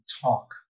talk